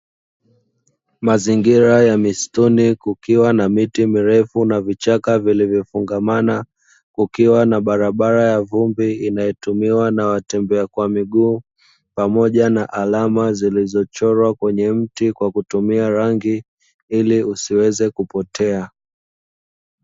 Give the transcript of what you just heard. Mazingira ya misituni kukiwa na miti mirefu na vichaka vilivyofungamana, kukiwa na barabara ya vumbi inayotumiwa na watembea kwa miguu, pamoja na alama zilizochorwa kwenye mti kwa kutumia rangi, ili usiweze kupotea.